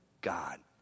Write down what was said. God